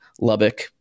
Lubbock